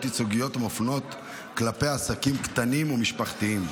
ייצוגיות המופנות כלפי עסקים קטנים ומשפחתיים.